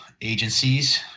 agencies